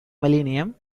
millennium